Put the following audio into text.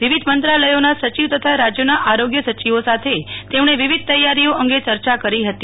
વિવિધ મંત્રાલયોના સચિવ તથા રાજયોના આરોગ્ય સચિવો સાથે તેમણે વિવિધ તૈયારીઓ અંગે ચર્ચા કરી હતી